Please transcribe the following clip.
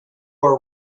are